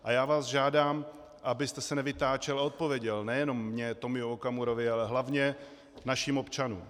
A já vás žádám, abyste se nevytáčel a odpověděl nejenom mně, Tomio Okamurovi, ale hlavně našim občanům.